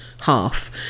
half